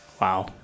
Wow